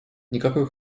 никакой